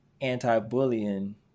anti-bullying